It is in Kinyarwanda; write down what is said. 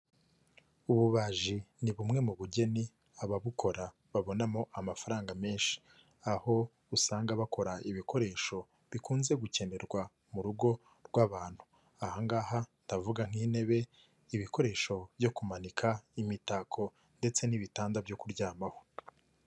Ububaji ni bumwe mu bugeni ababukora babonamo amafaranga menshi aho usanga bakora ibikoresho bikunze gukenerwa mu rugo rw'abantu, aha ngaha ndavuga nk'intebe, ibikoresho byo kumanika imitako ndetse n'ibitanda byo kuryamaho.